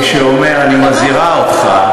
מי שאומר: אני מזהירה אותך,